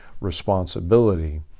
responsibility